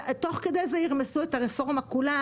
ותוך כדי זה ירמסו את הרפורמה כולה,